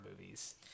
movies